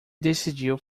decidiu